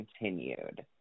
continued